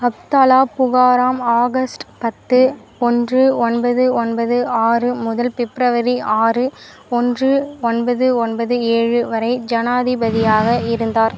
அப்தாலா புகாரம் ஆகஸ்ட் ஒன்று ஒன்பது ஒன்பது ஆறு முதல் பிப்ரவரி ஆறு ஒன்று ஒன்பது ஒன்பது ஏழு வரை ஜனாதிபதியாக இருந்தார்